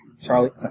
Charlie